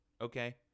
Okay